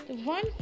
one